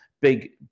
big